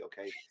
okay